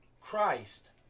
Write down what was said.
Christ